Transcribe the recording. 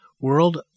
World